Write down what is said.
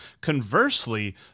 Conversely